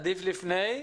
עדיף לפני.